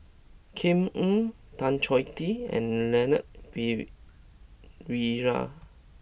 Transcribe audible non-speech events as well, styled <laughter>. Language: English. Kam Ning Tan Choh Tee and Leon Pere <unintelligible>